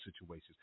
situations